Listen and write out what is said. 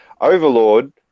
overlord